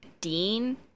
Dean